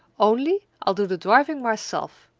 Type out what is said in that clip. only, i'll do the driving myself,